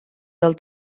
del